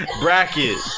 Bracket